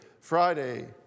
Friday